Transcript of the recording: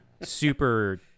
super